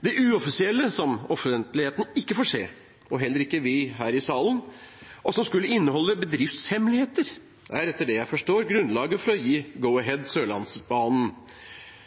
Det uoffisielle, som offentligheten ikke får se, og heller ikke vi her i salen, og som skulle inneholde bedriftshemmeligheter, er etter det jeg forstår, grunnlaget for å gi